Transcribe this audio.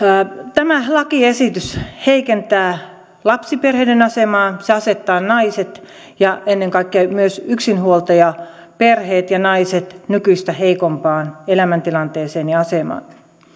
tämä lakiesitys heikentää lapsiperheiden asemaa se asettaa naiset ja ennen kaikkea myös yksinhuoltajaperheet ja naiset nykyistä heikompaan elämäntilanteeseen ja asemaan